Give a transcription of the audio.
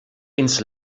ins